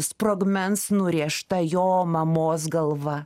sprogmens nurėžta jo mamos galva